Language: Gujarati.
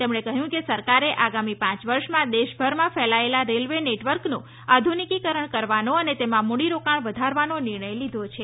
તેમણે કહ્યું કે સરકારે આગામી પાંચ વર્ષમાં દેશભરમાં ફેલાયેલા રેલવે નેટવર્કનું આધુનિકીકરણ કરવાનો અને તેમા મૂડીરોકાણ વધારવાનો નિર્ણય લીધો છે